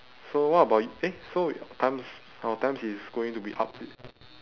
so what about y~ eh so times our times is going to be up